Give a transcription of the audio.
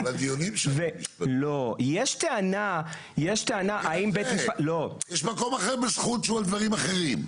יש טענה האם בית משפט --- יש מקום אחר בזכות שהוא על דברים אחרים.